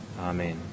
Amen